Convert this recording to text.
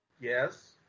Yes